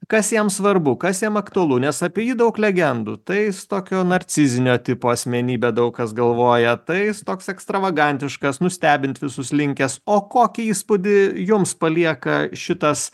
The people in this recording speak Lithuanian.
kas jam svarbu kas jam aktualu nes apie jį daug legendų tai jis tokio narcizinio tipo asmenybė daug kas galvoja tai jis toks ekstravagantiškas nustebint visus linkęs o kokį įspūdį jums palieka šitas